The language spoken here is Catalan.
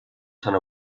sant